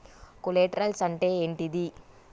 Collaterals అంటే ఏంటిది?